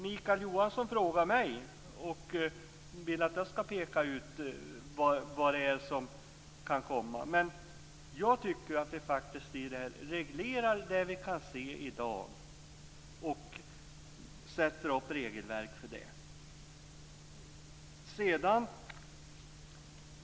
Mikael Johansson vill att jag skall peka ut vad som kan komma. Men jag tycker att vi här faktiskt reglerar vad vi i dag kan se och sätter upp regelverk för det.